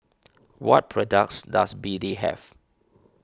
what products does B D have